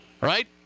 right